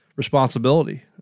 responsibility